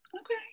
Okay